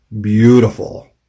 beautiful